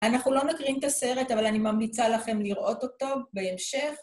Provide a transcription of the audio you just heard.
אנחנו לא נוקרים את הסרט, אבל אני ממליצה לכם לראות אותו בהמשך.